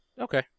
Okay